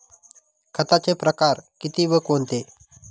खताचे प्रकार किती व कोणते?